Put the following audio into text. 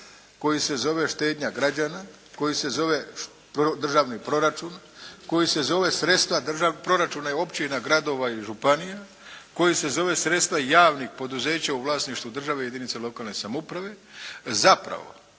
koji se zove štednja građana, koji se zove državni proračun, koji se zove sredstva proračuna i općina, gradova i županija, koji se zove sredstva javnih poduzeća u vlasništvu države i jedinica lokalne samouprave zapravo